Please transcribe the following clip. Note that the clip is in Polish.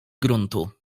gruntu